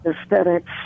aesthetics